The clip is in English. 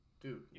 Dude